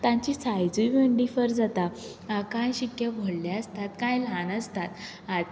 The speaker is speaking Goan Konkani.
तांची सायजय बीन डिफर जाता कांय शिक्के व्हडले आसतात कांय ल्हान आसतात